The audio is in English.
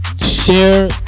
Share